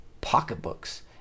pocketbooks